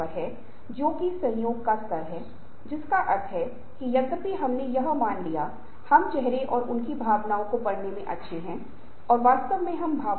unfreezing एक ऐसा चरण है जहां आप बदलाव की आवश्यकता को पहचानते हैं क्योंकि संगठन प्रतिस्पर्धी नहीं बन रहा है